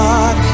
God